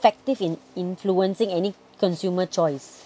effective in influencing any consumer choice